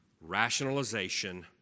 rationalization